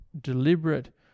deliberate